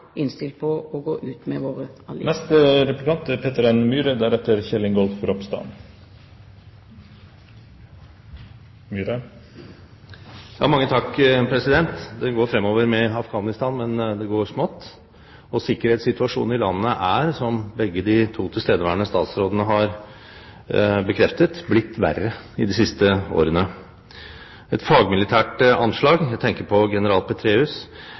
innstilt på å gå ut med våre allierte. Det går fremover med Afghanistan, men det går smått, og sikkerhetssituasjonen i landet er, som begge de to tilstedeværende statsrådene har bekreftet, blitt verre i de siste årene. Et fagmilitært anslag – jeg tenker på general